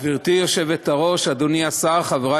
הבית היהודי מריח משהו שאנחנו לא